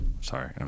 Sorry